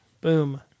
Boom